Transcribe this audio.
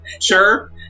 sure